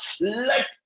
let